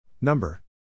Number